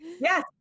Yes